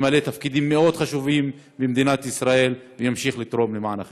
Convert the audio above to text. ימלא תפקידים מאוד חשובים במדינת ישראל וימשיך לתרום למען החברה.